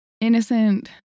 innocent